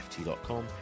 ft.com